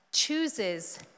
chooses